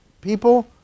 people